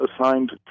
assigned